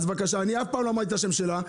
אז בבקשה, אני אף פעם לא אמרתי את השם שלה.